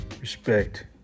respect